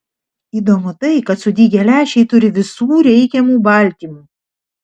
įdomu tai kad sudygę lęšiai turi visų reikiamų baltymų